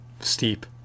steep